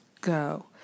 go